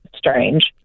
strange